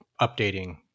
updating